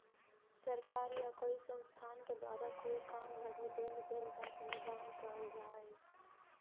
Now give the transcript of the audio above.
सरकार या कोई संस्थान के द्वारा कोई काम लगी देल गेल धन अनुदान कहल जा हई